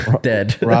dead